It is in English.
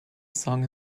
song